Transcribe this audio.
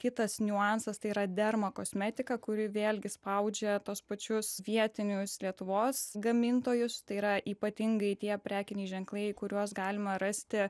kitas niuansas tai yra dermakosmetiką kuri vėlgi spaudžia tuos pačius vietinius lietuvos gamintojus tai yra ypatingai tie prekiniai ženklai kuriuos galima rasti